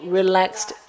relaxed